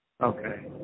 Okay